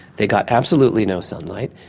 they got absolutely no sunlight,